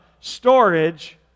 storage